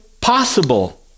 possible